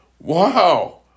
Wow